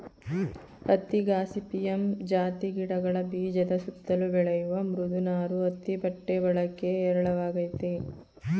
ಹತ್ತಿ ಗಾಸಿಪಿಯಮ್ ಜಾತಿ ಗಿಡಗಳ ಬೀಜದ ಸುತ್ತಲು ಬೆಳೆಯುವ ಮೃದು ನಾರು ಹತ್ತಿ ಬಟ್ಟೆ ಬಳಕೆ ಹೇರಳವಾಗಯ್ತೆ